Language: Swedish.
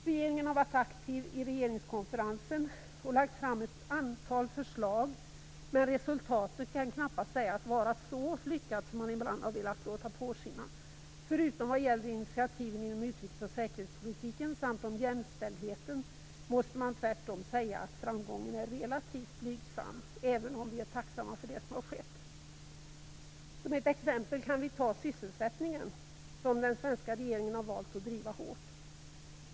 Regeringen har varit aktiv i regeringskonferensen och lagt fram ett antal förslag, men resultatet kan knappast sägas vara så lyckat som man ibland har velat låta påskina. Förutom vad gäller initiativen inom utrikes och säkerhetspolitik samt om jämställdheten, måste man tvärtom säga att framgången är relativt blygsam - även om vi är tacksamma för det som har skett. Som ett exempel kan vi ta sysselsättningen, som den svenska regeringen har valt att driva hårt.